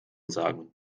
sagen